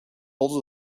bolted